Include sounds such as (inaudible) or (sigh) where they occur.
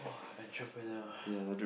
!wah! entrepreneur (breath)